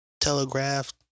telegraph